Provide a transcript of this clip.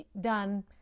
done